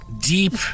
deep